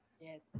Yes